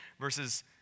versus